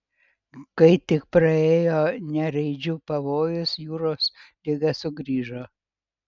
kai tik praėjo nereidžių pavojus jūros liga sugrįžo